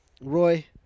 Roy